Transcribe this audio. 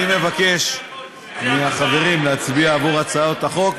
אני מבקש מהחברים להצביע עבור הצעת החוק,